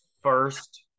first